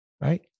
right